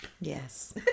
yes